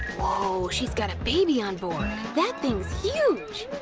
woah, she's got a baby on board! that thing's huge.